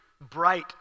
bright